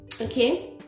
okay